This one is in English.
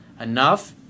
enough